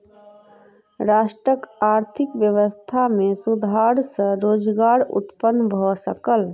राष्ट्रक आर्थिक व्यवस्था में सुधार सॅ रोजगार उत्पन्न भ सकल